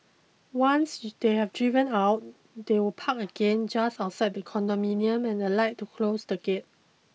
once they have driven out they will park again just outside the condominium and alight to close the gate